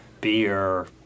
beer